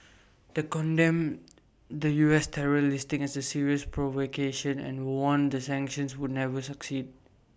the condemned the U S terror listing as A serious provocation and warned that sanctions would never succeed